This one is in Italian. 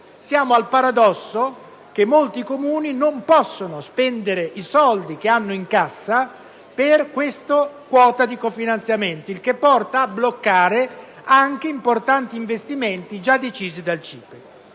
Siamo al paradosso che molti Comuni non possono spendere i soldi che hanno in cassa per questa quota di cofinanziamento, il che porta a bloccare anche importanti investimenti già decisi dal CIPE.